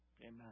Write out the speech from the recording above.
Amen